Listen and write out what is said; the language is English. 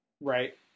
Right